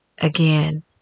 again